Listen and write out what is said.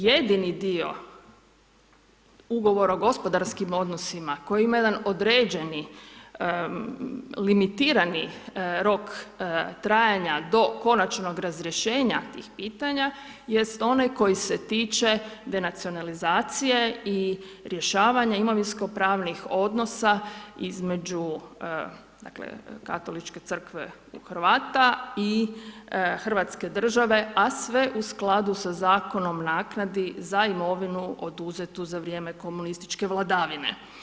Jedini dio ugovora o gospodarskim odnosima koji imaju jedan određeni limitirani rok trajanja do konačnog razrješenja tih pitanja jest onaj koji se tiče denacionalizacije i rješavanje imovinsko-pravnih odnosa između dakle Katoličke crkve u Hrvata i hrvatske države a sve u skladu sa Zakonom o naknadi za imovinu oduzetu za vrijeme komunističke vladavine.